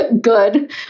good